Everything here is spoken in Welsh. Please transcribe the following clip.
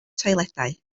toiledau